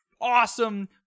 awesome